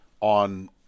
on